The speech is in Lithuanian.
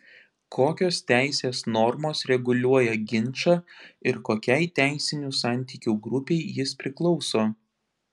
kokios teisės normos reguliuoja ginčą ir kokiai teisinių santykių grupei jis priklauso